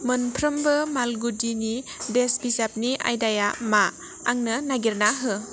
मोनफ्रोमबो मालगुदिनि देस बिजाबनि आयदाया मा आंनो नागिरना हो